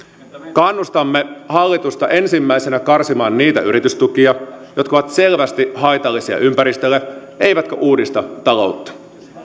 kannustamme hallitusta ensimmäisenä karsimaan niitä yritystukia jotka ovat selvästi haitallisia ympäristölle eivätkä uudista taloutta